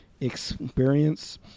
experience